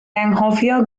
anghofio